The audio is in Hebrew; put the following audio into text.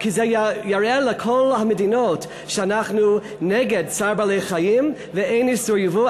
כי זה יראה לכל המדינות שאנחנו נגד צער בעלי-חיים ואין איסור ייבוא.